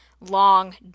long